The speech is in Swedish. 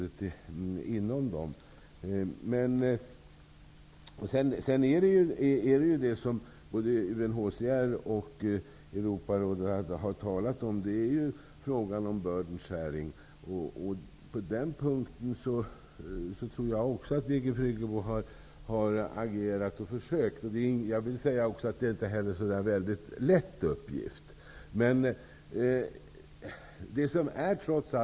Det är ju också fråga om ''burden sharing'', precis som både UNHCR och Europarådet har talat om. På den punkten tror jag att Birgit Friggebo har försökt att agera. Det är inte heller någon speciellt lätt uppgift, vill jag säga.